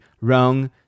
wrong